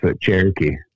Cherokee